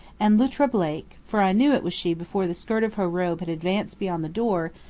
and luttra blake, for i knew it was she before the skirt of her robe had advanced beyond the door,